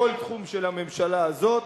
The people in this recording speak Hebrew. בכל תחום של הממשלה הזאת,